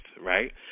right